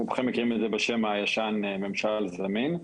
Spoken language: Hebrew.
רובכם מכירים את זה בשם הישן "ממשל זמין".